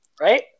right